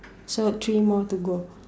so three more to go